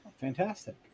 Fantastic